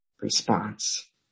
response